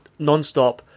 nonstop